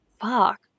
fuck